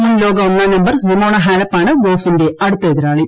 മുൻ ലോക ഒന്നാംനമ്പർ സിമോണ ഹാലപ്പാണ് ഗോഫിന്റെ അടുത്ത എതിരാളി